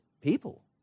people